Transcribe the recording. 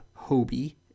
Hobie